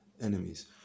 enemies